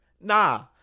Nah